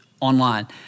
Online